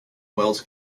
wells